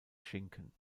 schinken